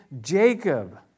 Jacob